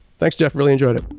thanks jeff, really enjoyed it